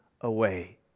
away